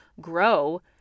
grow